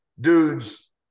dudes